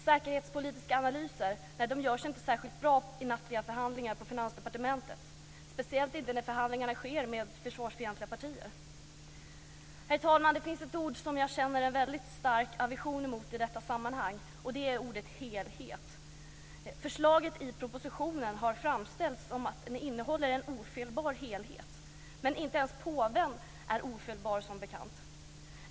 Säkerhetspolitiska analyser gör sig inte särskilt bra i nattliga förhandlingar på Finansdepartementet - speciellt inte när förhandlingarna sker med försvarsfientliga partier. Herr talman! Det finns ett ord som jag känner stark aversion mot i detta sammanhang, nämligen ordet helhet. Förslaget i propositionen har framställts som att det innehåller en ofelbar helhet. Men inte ens påven är, som bekant, ofelbar.